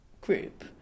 group